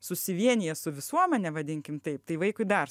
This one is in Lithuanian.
susivienija su visuomene vadinkim taip tai vaikui dar